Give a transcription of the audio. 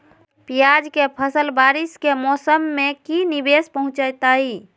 प्याज के फसल बारिस के मौसम में की निवेस पहुचैताई?